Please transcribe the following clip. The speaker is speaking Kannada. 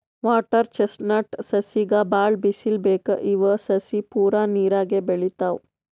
ವಾಟರ್ ಚೆಸ್ಟ್ನಟ್ ಸಸಿಗ್ ಭಾಳ್ ಬಿಸಲ್ ಬೇಕ್ ಇವ್ ಸಸಿ ಪೂರಾ ನೀರಾಗೆ ಬೆಳಿತಾವ್